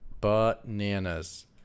Bananas